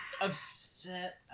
Upset